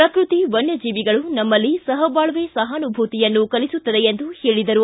ಪ್ರಕೃತಿ ವನ್ನಜೀವಿಗಳು ನಮ್ಮಲ್ಲಿ ಸಹಬಾಳ್ವೆ ಸಹಾನುಭೂತಿಯನ್ನು ಕಲಿಸುತ್ತದೆ ಎಂದು ಹೇಳಿದರು